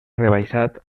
rebaixat